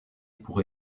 pour